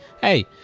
hey